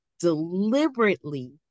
deliberately